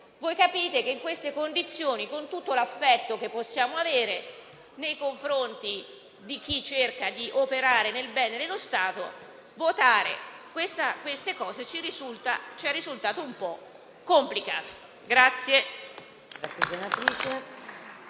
Capite che in queste condizioni, con tutto l'affetto che possiamo avere nei confronti di chi cerca di operare nel bene dello Stato, votare siffatte misure ci è risultato un po' complicato.